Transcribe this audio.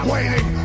Waiting